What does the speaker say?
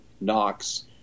Knox